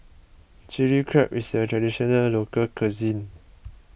Chilli Crab is a Traditional Local Cuisine